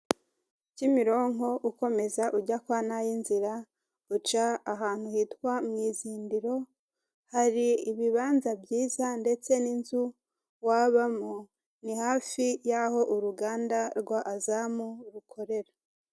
Kimironko ukomeza ujya kwa nayinzira uca ahantu hitwa mw’ izindiro hari ibibanza byiza ndetse n'inzu wabamo ni hafi yaho uruganda rwa azamu rukorera.